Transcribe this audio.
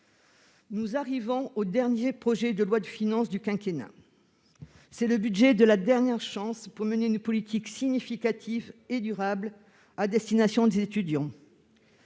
Nous arrivons au dernier projet de loi de finances du quinquennat : c'est le budget de la dernière chance pour mener une politique significative et durable à destination des étudiants.